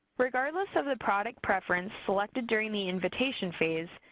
regardless of the product preference selected during the invitation phase,